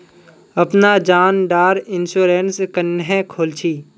अपना जान डार इंश्योरेंस क्नेहे खोल छी?